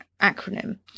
acronym